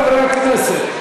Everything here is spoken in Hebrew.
חברי הכנסת,